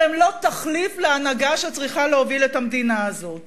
אבל הן לא תחליף להנהגה שצריכה להוביל את המדינה הזאת.